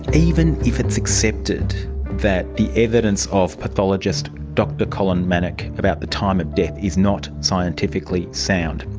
even if it's accepted that the evidence of pathologist dr colin manock about the time of death is not scientifically sound,